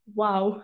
wow